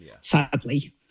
Sadly